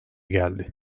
geldi